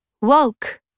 woke